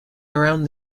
around